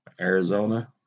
Arizona